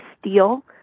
steel